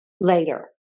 later